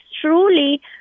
truly